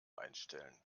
einstellen